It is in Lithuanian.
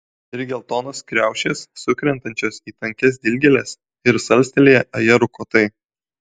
ir geltonos kriaušės sukrentančios į tankias dilgėles ir salstelėję ajerų kotai